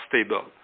stable